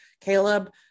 Caleb